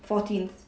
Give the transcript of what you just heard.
fourteenth